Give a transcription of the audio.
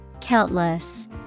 Countless